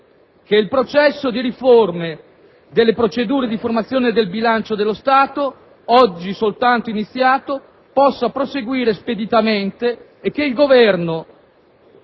che il processo di riforma delle procedure di formazione del bilancio dello Stato, oggi soltanto iniziato, possa proseguire speditamente e che il Governo,